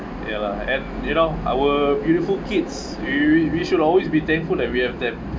ya lah and you know our beautiful kids we we should always be thankful that we have them